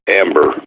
amber